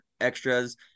extras